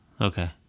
okay